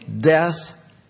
death